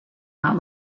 not